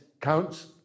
counts